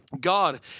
God